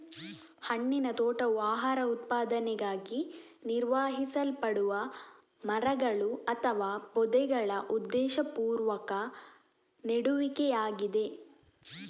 ಹಣ್ಣಿನ ತೋಟವು ಆಹಾರ ಉತ್ಪಾದನೆಗಾಗಿ ನಿರ್ವಹಿಸಲ್ಪಡುವ ಮರಗಳು ಅಥವಾ ಪೊದೆಗಳ ಉದ್ದೇಶಪೂರ್ವಕ ನೆಡುವಿಕೆಯಾಗಿದೆ